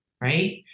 right